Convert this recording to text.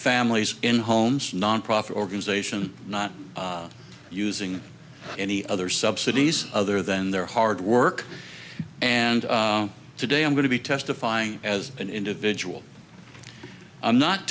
families in homes nonprofit organization not using any other subsidies other than their hard work and today i'm going to be testifying as an individual i'm not